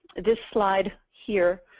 this slide here